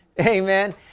amen